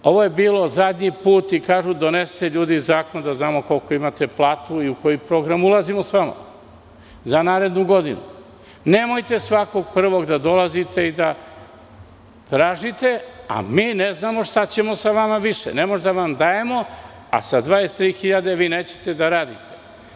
Ovo je bilo zadnji put i kažu – donesite zakon da znamo koliku platu imate i u koji program ulazimo sa vama za narednu godinu, nemojte svakog prvog da dolazite i da tražite, jer mi ne znamo šta ćemo sa vama više, ne možemo da vam dajemo, a sa 23 hiljade vi nećete da radite.